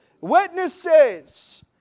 Witnesses